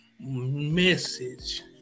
Message